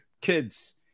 kids